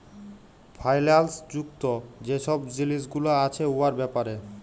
ফাইল্যাল্স যুক্ত যে ছব জিলিস গুলা আছে উয়ার ব্যাপারে